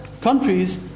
countries